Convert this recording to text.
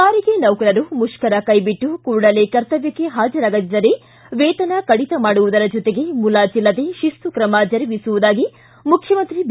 ಸಾರಿಗೆ ನೌಕರರು ಮುಷ್ಕರ ಕೈಬಿಟ್ಟು ಕೂಡಲೇ ಕರ್ತವ್ಯಕ್ಷೆ ಹಾಜರಾಗದಿದ್ದರೆ ವೇತನ ಕಡಿತ ಮಾಡುವುದರ ಜೊತೆಗೆ ಮುಲಾಜೆಲ್ಲದೆ ಶಿಸ್ತು ತ್ರಮ ಜರುಗಿಸುವುದಾಗಿ ಮುಖ್ಯಮಂತ್ರಿ ಬಿ